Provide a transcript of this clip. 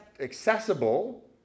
accessible